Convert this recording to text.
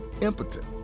impotent